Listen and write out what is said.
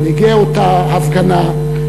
מנהיגי אותה הפגנה,